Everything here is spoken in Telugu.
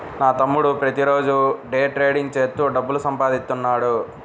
నా తమ్ముడు ప్రతిరోజూ డే ట్రేడింగ్ చేత్తూ డబ్బులు సంపాదిత్తన్నాడు